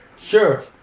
Sure